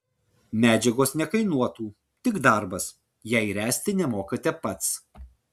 medžiagos nekainuotų tik darbas jei ręsti nemokate pats